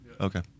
Okay